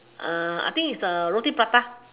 (uh)I think is the roti prata